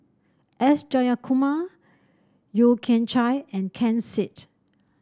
S Jayakumar Yeo Kian Chye and Ken Seet